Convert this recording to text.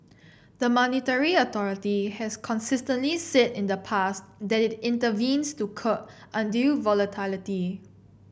the monetary authority has consistently said in the past that it intervenes to curb undue volatility